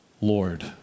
Lord